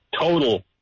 total